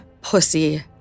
pussy